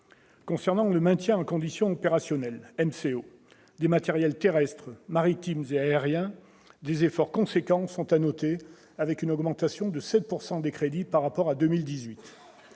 Concernant le maintien en condition opérationnel- MCO -des matériels terrestres, maritimes et aériens, des efforts importants sont à noter, avec une augmentation de 7 % des crédits par rapport à 2018.